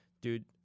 Dude